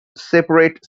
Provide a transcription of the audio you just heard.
separate